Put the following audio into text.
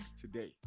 today